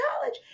college